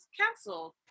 canceled